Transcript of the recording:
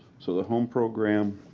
so the home program,